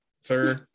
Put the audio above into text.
sir